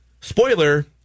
Spoiler